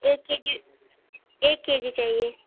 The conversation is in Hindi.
एक के जी एक के जी चाहिए